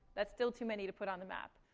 that's still too many to put on the map.